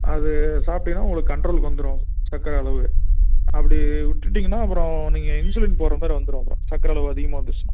அது சாப்பிட்டீங்கன்னா உங்களுக்கு கண்ட்ரோலுக்கு வந்துடும் சர்க்கரை அளவு அப்படி விட்டுட்டிங்கன்னால் அப்புறம் நீங்கள் இன்ஸுலின் போடுற மாதிரி வந்துடும் அப்புறம் சர்க்கர அளவு அதிகமாக வந்துடுச்சின்னா